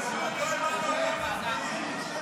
תחזירו את ביבי לפה.